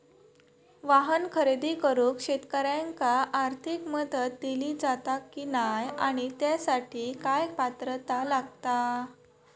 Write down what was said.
वाहन खरेदी करूक शेतकऱ्यांका आर्थिक मदत दिली जाता की नाय आणि त्यासाठी काय पात्रता लागता?